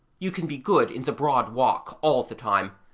you can be good in the broad walk all the time,